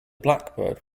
blackbird